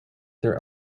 their